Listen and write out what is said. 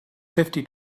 fifty